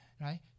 right